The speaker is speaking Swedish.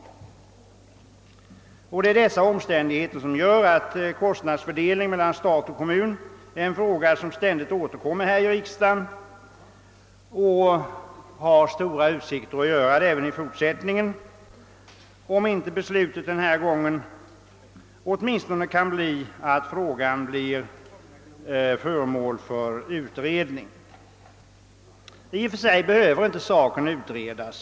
Dessa omständigheter gör att kostnadsfördelningen mellan stat och kommun ständigt återkommer här i riksdagen och har stora utsikter att göra det även i fortsättningen, om inte beslutet denna gång åtminstone kan bli att frågan blir föremål för utredning. I och för sig behöver inte frågan utredas.